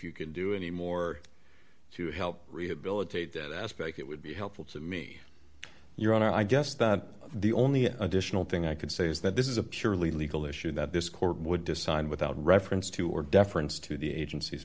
could do any more to help rehabilitate that aspect it would be helpful to me your honor i guess that the only additional thing i could say is that this is a purely legal issue that this court would decide without reference to or deference to the agenc